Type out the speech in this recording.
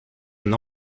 and